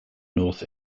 north